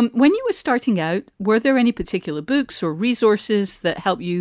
um when you were starting out. were there any particular books or resources that help you